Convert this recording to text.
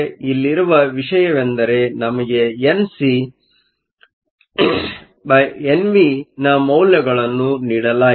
ಇಲ್ಲಿರುವ ವಿಷಯವೆಂದರೆ ನಮಗೆ Nc∧Nv ನ ಮೌಲ್ಯಗಳನ್ನು ನೀಡಲಾಗಿಲ್ಲ